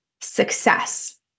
success